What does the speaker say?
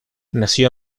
nació